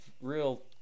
real